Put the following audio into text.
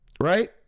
right